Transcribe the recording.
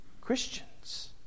Christians